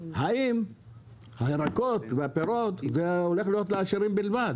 האם הירקות והפירות זה הולך להיות לעשירים בלבד?